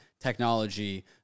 technology